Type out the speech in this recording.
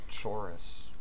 Chorus